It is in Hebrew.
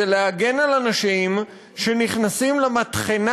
זה להגן על אנשים שנכנסים למטחנה